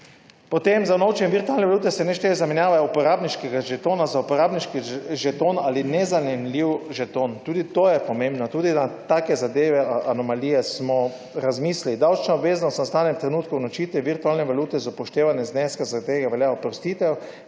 Za unovčenje virtualne valute se ne šteje zamenjava uporabniškega žetona za uporabniški žeton ali nezamenljiv žeton. Tudi to je pomembno, tudi o takih zadevah, anomalijah smo razmislili. Davčna obveznost nastane v trenutku unovčitve virtualne valute z upoštevanjem zneska, zaradi tega velja oprostitev,